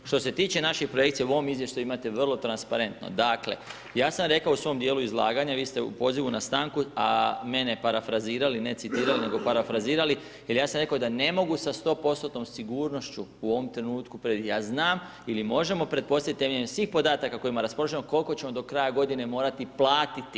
Što se tiče naših projekcija u ovom izvještaju imate vrlo transparentno, dakle, ja sam rekao u svom dijelu izlaganja, vi ste u pozivu na stanku, a mene parafrazirali a ne citirali, nego parafrazirali, jer ja sam rekao da ne mogu sa 100% sigurnošću u ovom trenutku, ja znam, ili možemo pretpostaviti temeljem svih podataka kojima raspolažemo, kol'ko ćemo do kraja godine morati platiti.